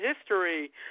history